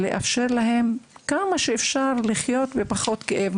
ונעשה כל שביכולתנו על מנת לאפשר להם לחיות עם פחות כאב.